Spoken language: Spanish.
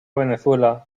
venezuela